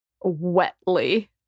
Wetly